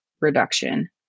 reduction